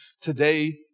today